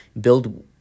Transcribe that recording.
build